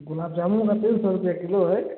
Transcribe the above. गुलाब जामुन का तेल सौ रुपए किलो है